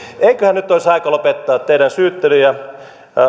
eiköhän nyt olisi teidän aika lopettaa syyttely ja